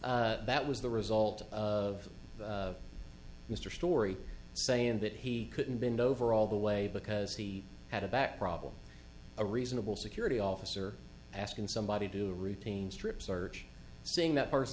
that was the result of mr story saying that he couldn't bend over all the way because he had a back problem a reasonable security officer asking somebody to do routine strip search seeing that